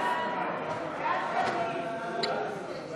להעביר את הצעת